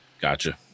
Gotcha